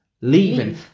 leaving